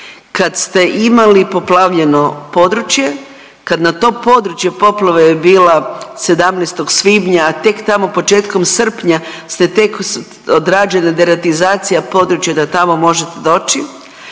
kad ste imali poplavljeno područje kad na to područje, poplava je bila 17. svibnja, a tek tamo početkom srpnja ste tek odrađena deratizacija područja da tamo možete doći,